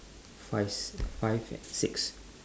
five five and six